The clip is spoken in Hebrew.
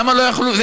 למה לא יכלו?